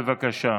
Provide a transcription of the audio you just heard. בבקשה,